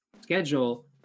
schedule